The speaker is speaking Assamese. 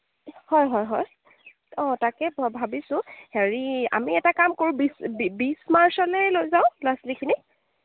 হয় হয় হয় অঁ তাকে মই ভাবিছোঁ হেৰি আমি এটা কাম কৰোঁ বিছ মাৰ্চলেই লৈ যাওঁ ল'ৰা ছোৱালীখিনিক